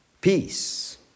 peace